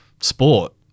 sport